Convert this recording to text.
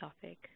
topic